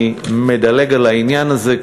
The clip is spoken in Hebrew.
אני מדלג על העניין הזה,